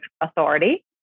authority